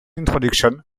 introduction